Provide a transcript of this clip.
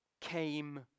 came